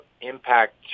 impact